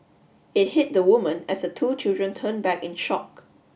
it hit the woman as the two children turned back in shock